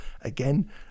Again